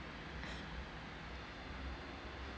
err yes yes